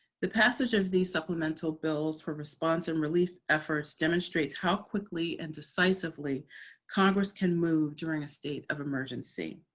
the passage of these supplemental bills for response and relief efforts demonstrates how quickly and decisively congress can move during a state of emergency.